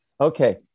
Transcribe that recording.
Okay